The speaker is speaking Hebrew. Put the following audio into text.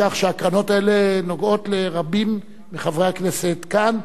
כך שהקרנות האלה נוגעות לרבים מחברי הכנסת כאן,